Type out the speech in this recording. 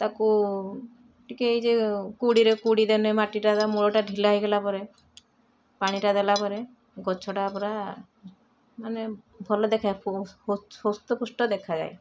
ତାକୁ ଟିକେ ଏଇ ଯୋଉ କୋଡ଼ିରେ କୋଡ଼ିଦେନେ ମାଟିଟା ତା ମୂଳଟା ତା ଢ଼ିଲା ହେଇଗଲା ପରେ ପାଣିଟା ଦେଲାପରେ ଗଛଟା ପୁରା ମାନେ ଭଲ ଦେଖିଆକୁ ହୃଷ୍ଟପୃଷ୍ଟ ଦେଖାଯାଏ